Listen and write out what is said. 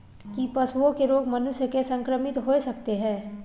की पशुओं के रोग मनुष्य के संक्रमित होय सकते है?